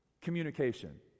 communication